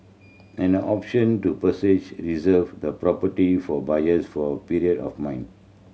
an option to reserve the property for buyers for period of mine